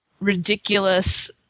ridiculous